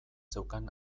zeukan